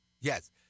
Yes